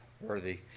worthy